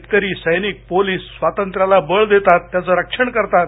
शेतकरी सैनिकपोलीस स्वातंत्र्याला बळ देतात त्याचं रक्षण करतात